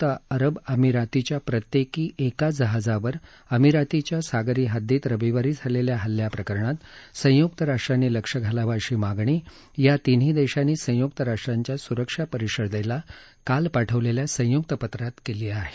Saudi अरेबियाच्या दोन तसंच नॉर्वे आणि संयुक्त अरब अमिरातीच्या प्रत्येकी एका जहाजावर अमिरातीच्या सागरी हद्दीत रविवारी झालेल्या हल्ल्याप्रकरणात संय्क्त राष्ट्रांनी लक्ष घालावं अशी मागणी या तिन्ही देशांनी संयुक्त राष्ट्रांच्या सुरक्षा परिषदेला काल पाठवलेल्या संयुक्त पत्रात केली आहे